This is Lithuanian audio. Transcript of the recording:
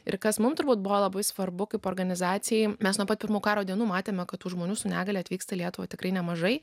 ir kas mum turbūt buvo labai svarbu kaip organizacijai mes nuo pat pirmų karo dienų matėme kad tų žmonių su negale atvyksta į lietuvą tikrai nemažai